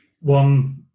one